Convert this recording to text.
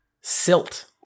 Silt